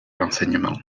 l’enseignement